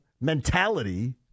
mentality